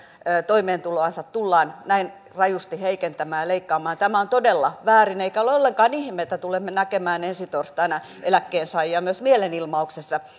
toimeentuloansa tullaan näin rajusti heikentämään ja leikkaamaan tämä on todella väärin eikä ole ollenkaan ihme että tulemme näkemään ensi torstaina eläkkeensaajia myös mielenilmauksessa